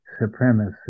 supremacy